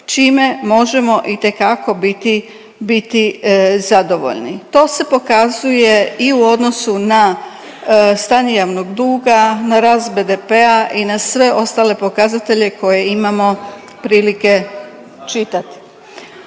čime možemo itekako biti, biti zadovoljni. To se pokazuje i u odnosu na stanje javnog duga, na rast BDP-a i na sve ostale pokazatelje koje imamo prilike čitat.